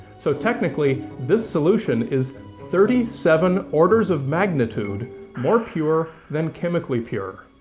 so technically this solution is thirty seven orders of magnitude more pure than chemically pure.